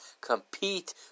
compete